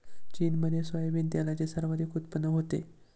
चीनमध्ये सोयाबीन तेलाचे सर्वाधिक उत्पादन होते